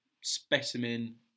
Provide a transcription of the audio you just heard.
specimen